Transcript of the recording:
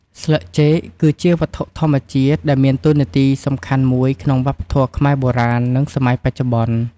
ស្លឹកចេក គឺជាវត្ថុធម្មជាតិដែលមានតួនាទីសំខាន់មួយក្នុងវប្បធម៌ខ្មែរ បុរាណនិងសម័យបច្ចុប្បន្ន។